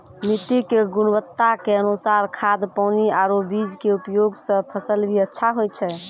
मिट्टी के गुणवत्ता के अनुसार खाद, पानी आरो बीज के उपयोग सॅ फसल भी अच्छा होय छै